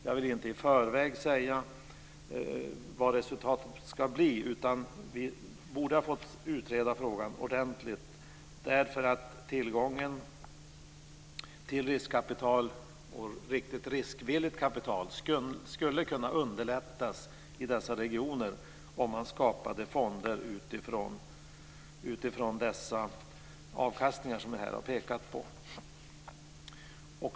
Jag vill inte i förväg säga vad resultatet skulle bli, vi borde ha fått utreda frågan ordentligt. Tillgången till riktigt riskvilligt kapital skulle kunna underlättas i dessa regioner om man skapade fonder utifrån de avkastningar som jag har pekat på.